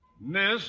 Miss